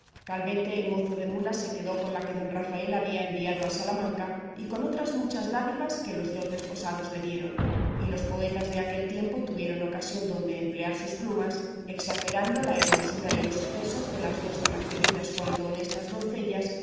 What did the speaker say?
calvete el mozo de mulas se quedó con la que don rafael había enviado a salamanca y con otras muchas dádivas que los dos desposados le dieron y los poetas de aquel tiempo tuvieron ocasión donde emplear sus plumas exagerando la hermosura y los sucesos de las dos tan atrevidas cuanto honestas doncellas